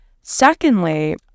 Secondly